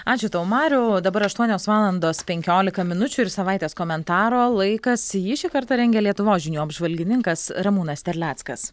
ačiū tau mariau o dabar aštuonios valandos penkiolika minučių ir savaitės komentaro laikas jį šį kartą rengia lietuvos žinių apžvalgininkas ramūnas terleckas